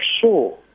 sure